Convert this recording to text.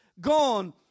gone